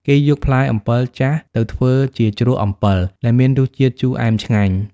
គេយកផ្លែអំពិលចាស់ទៅធ្វើជា ជ្រក់អំពិល ដែលមានរសជាតិជូរអែមឆ្ងាញ់។